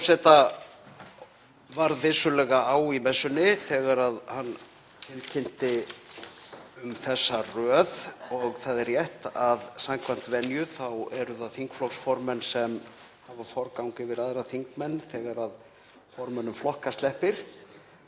Forseta varð vissulega á í messunni þegar hann tilkynnti um þessa röð. Það er rétt að samkvæmt venju þá eru það þingflokksformenn sem hafa forgang yfir aðra þingmenn þegar formönnum flokka sleppir.